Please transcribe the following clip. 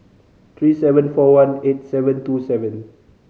three seven four one eight seven two seven